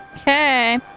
Okay